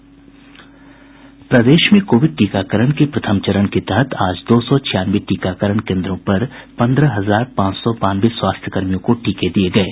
प्रदेश में कोविड टीकाकरण के प्रथम चरण के तहत आज दो सौ छियानवे टीकाकरण केन्द्रों पर पन्द्रह हजार पांच सौ बानवे स्वास्थ्यकर्मियों को टीके दिये गये